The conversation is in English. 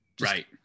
Right